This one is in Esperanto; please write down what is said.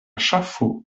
ŝafo